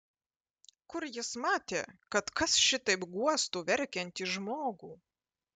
kur jis matė kad kas šitaip guostų verkiantį žmogų